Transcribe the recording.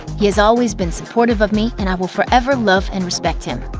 he has always been supportive of me and i will forever love and respect him.